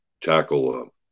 tackle